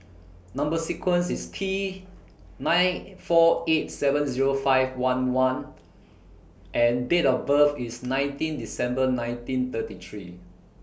Number sequence IS T nine four eight seven Zero five one one and Date of birth IS nineteen December nineteen thirty three